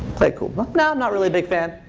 like nah, i'm not really a big fan.